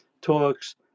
talks